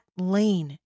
lane